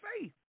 faith